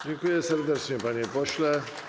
Dziękuję serdecznie, panie pośle.